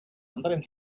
anderen